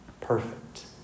perfect